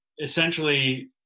essentially